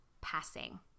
passing